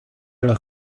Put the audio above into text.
los